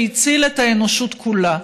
שהציל את האנושות כולה.